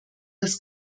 das